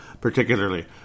particularly